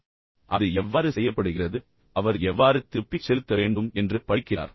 எனவே அது எவ்வாறு செய்யப்படுகிறது அவர் எவ்வாறு திருப்பிச் செலுத்த வேண்டும் மற்றும் அனைத்தையும் படிக்கிறார்